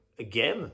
Again